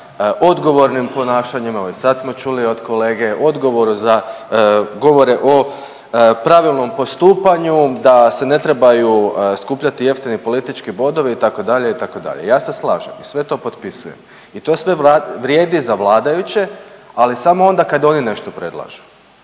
za odgovornim ponašanjem. Evo i sad smo čuli od kolege u odgovoru za, govore o pravilnom postupanju da se ne trebaju skupljati jeftini politički bodovi itd., itd. Ja se slažem i sve to potpisujem i to sve vrijedi za vladajuće ali samo onda kad oni nešto predlažu,